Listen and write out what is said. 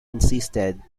insisted